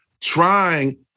trying